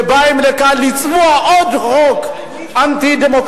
שבאים לכאן לצבוע עוד חוק אנטי-דמוקרטי,